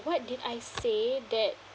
what did I say that